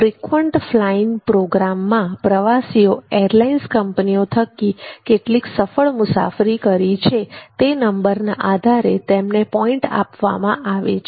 frequent flying પ્રોગ્રામમાં પ્રવાસીઓ airlines કંપનીઓ થકી કેટલી સફળ મુસાફરી કરી છે તે નંબરના આધારે તેમને પોઇન્ટ આપવામાં આવે છે